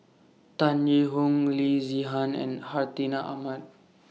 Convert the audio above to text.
Tan Yee Hong Loo Zihan and Hartinah Ahmad